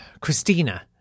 Christina